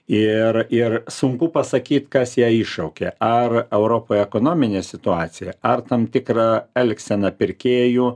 ir ir sunku pasakyt kas ją iššaukė ar europoje ekonominė situacija ar tam tikra elgsena pirkėjų